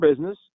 business